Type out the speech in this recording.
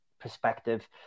perspective